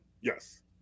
Yes